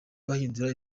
bahindura